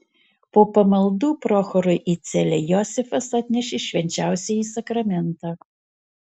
po pamaldų prochorui į celę josifas atnešė švenčiausiąjį sakramentą